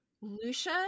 Lucia